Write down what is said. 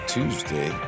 Tuesday